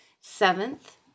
Seventh